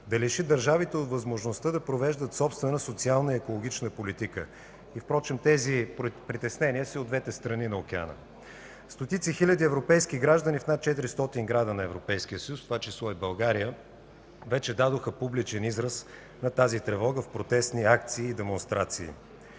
да лиши държавите от възможността да провеждат собствена социална и екологична политика. Впрочем тези притеснения са и от двете страни на океана. Стотици хиляди европейски граждани в над 400 града на Европейския съюз, в това число и в България, вече дадоха публичен израз на тази тревога в протестни акции и демонстрации.